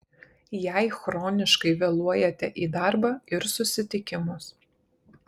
jei chroniškai vėluojate į darbą ir susitikimus